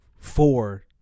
four